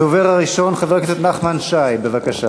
הדובר הראשון, חבר הכנסת נחמן שי, בבקשה.